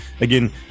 Again